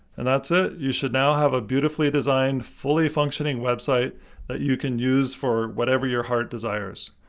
and that's it! you should now have a beautifully designed, fully functioning website that you can use for whatever your heart desires.